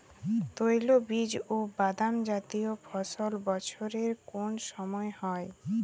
তৈলবীজ ও বাদামজাতীয় ফসল বছরের কোন সময় হয়?